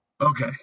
Okay